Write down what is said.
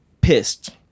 pissed